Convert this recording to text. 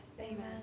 Amen